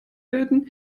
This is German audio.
werden